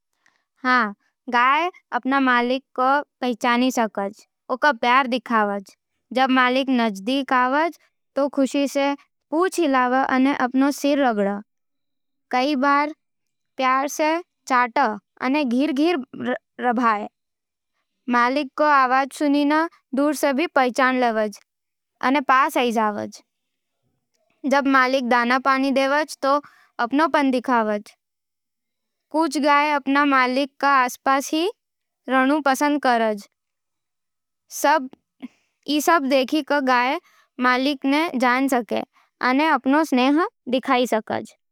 हाँ, गाय गौ अपन मालिक ने पहचान सके अने प्यार देखावज। जब मालिक नज़दीक आवे, तो खुशी से पूंछ हिलावे अने अपन सिर रगड़े। कई बार प्यार से चाटे अने धीरे-धीरे रंभाए। मालिक को आवाज सुनके दूर से भी पहचाण लेवे अने पास आव। जब मालिक दाना-पानी देवे, तो अपनपन देखावज। कुछ गाय अपन मालिक के आसपास ही रहना पसंद करे। ई सब देखावे की गाय मालिक ने जान सके अने अपन स्नेह देखावज।